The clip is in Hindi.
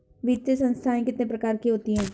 वित्तीय संस्थाएं कितने प्रकार की होती हैं?